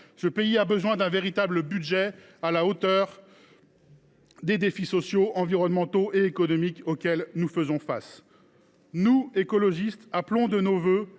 pays a besoin d’un véritable budget qui soit à la hauteur des défis sociaux, environnementaux et économiques auxquels nous faisons face. Nous, écologistes, appelons de nos vœux